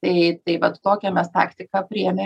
tai tai vat tokią mes taktiką priėmę